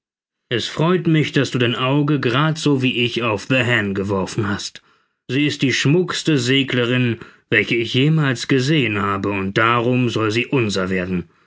es freut mich daß du dein auge grad so wie ich auf the hen geworfen hast sie ist die schmuckste seglerin welche ich jemals gesehen habe und darum soll sie unser werden